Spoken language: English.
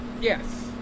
yes